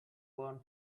worn